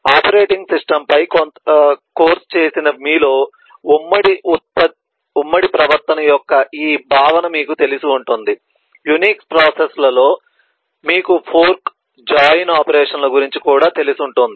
operating సిస్టమ్పై కొంత course చేసిన మీలో ఉమ్మడి ప్రవర్తన యొక్క ఈ భావన మీకు తెలిసి ఉంటుంది యునిక్స్ ప్రాసెస్లలో మీకు ఫోర్క్ జాయిన్ ఆపరేషన్ల గురించి కూడా తెలిసి ఉంటుంది